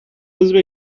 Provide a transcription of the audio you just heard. عضو